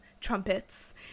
trumpets